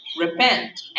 Repent